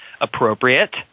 appropriate